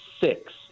six